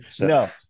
No